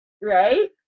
Right